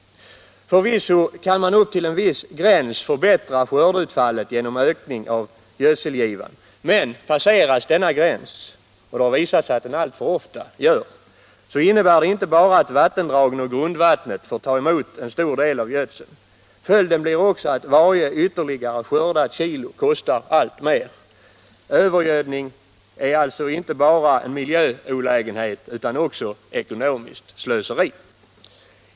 Förvisso kan man upp till en viss gräns förbättra skördeutfallet genom ökning av gödselgivan, men passerar man denna gräns — och det har visat sig att man alltför ofta gör det — innebär det inte bara att vattendragen och grundvattnet får ta emot en stor del av gödseln, utan följden blir också att varje ytterligare skördat kilo kostar alltmer. Övergödning är alltså inte bara en miljöolägenhet utan också ekonomiskt slöseri.